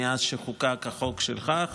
מאז שחוקק החוק שלך,